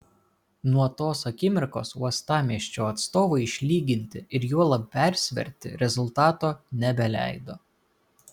nuo tos akimirkos uostamiesčio atstovai išlyginti ir juolab persverti rezultato nebeleido